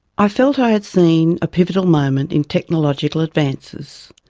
i felt i had seen a pivotal moment in technological advances,